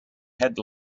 had